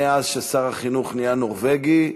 מאז שר החינוך נורבגי,